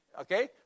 okay